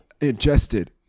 ingested